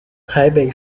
台北